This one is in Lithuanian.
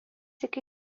iki